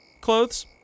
Clothes